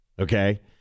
okay